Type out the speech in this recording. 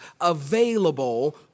available